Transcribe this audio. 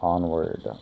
Onward